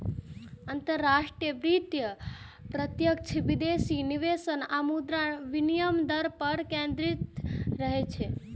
अंतरराष्ट्रीय वित्त प्रत्यक्ष विदेशी निवेश आ मुद्रा विनिमय दर पर केंद्रित रहै छै